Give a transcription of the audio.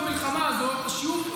במלחמה הזאת שיעור,